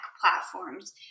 platforms